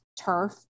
turf